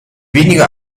weniger